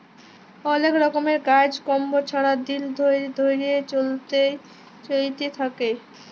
অলেক রকমের কাজ কম্ম ছারা দিল ধ্যইরে চইলতে থ্যাকে